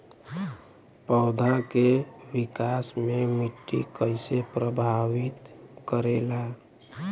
पौधा के विकास मे मिट्टी कइसे प्रभावित करेला?